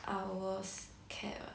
hours cap ah